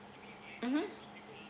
mmhmm